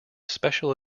special